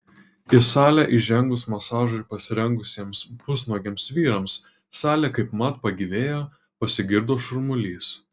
į salę įžengus masažui pasirengusiems pusnuogiams vyrams salė kaipmat pagyvėjo pasigirdo šurmulys